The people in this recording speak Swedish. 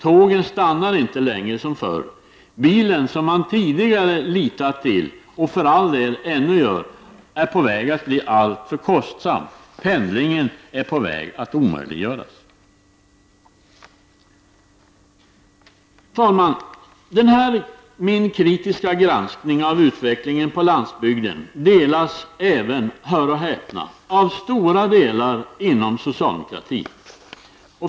Tågen stannar inte längre som förr. Bilen som man tidigare kunnat lita till, och för all del fortfarande litar till, börjar bli alltför kostsam. Pendlingen håller på att omöjliggöras. Denna min kritiska granskning av utvecklingen på landsbygden delas även, hör och häpna, av stora delar inom socialdemokratin.